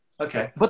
Okay